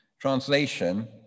translation